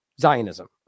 Zionism